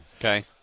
Okay